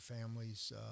families